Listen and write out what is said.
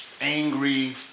angry